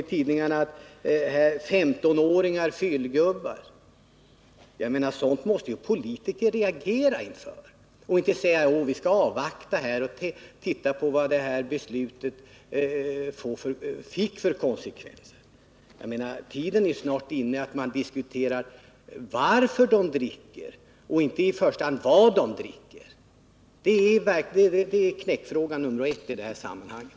I tidningarna talas det om 15-åringar som fyllgubbar. Sådant måste politiker reagera inför och inte bara säga att vi skall avvakta och att vi skall se vilka konsekvenser det här beslutet fick. Tiden är snart inne att diskutera varför ungdomarna dricker och inte i första hand vad de dricker. Det är nämligen knäckfrågan nummer ett i det här sammanhanget.